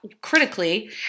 critically